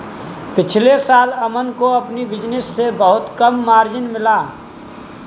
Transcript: पिछले साल अमन को अपने बिज़नेस से बहुत कम मार्जिन मिला